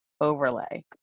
overlay